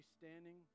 standing